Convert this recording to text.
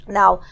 now